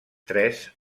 tres